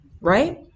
right